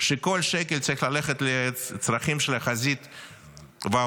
שכל שקל צריך ללכת לצרכים של החזית והעורף,